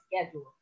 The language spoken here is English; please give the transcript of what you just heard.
schedule